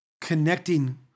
connecting